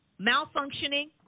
malfunctioning